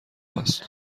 است